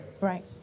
Right